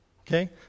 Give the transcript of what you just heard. Okay